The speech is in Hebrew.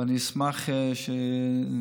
ואני אשמח שיתקיים,